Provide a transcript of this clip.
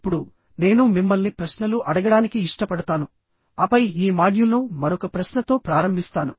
ఇప్పుడు నేను మిమ్మల్ని ప్రశ్నలు అడగడానికి ఇష్టపడతాను ఆపై ఈ మాడ్యూల్ను మరొక ప్రశ్నతో ప్రారంభిస్తాను